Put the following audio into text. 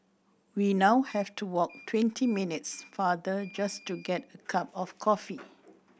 we now have to walk twenty minutes farther just to get a cup of coffee